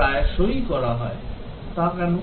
তা কেন